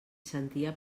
sentia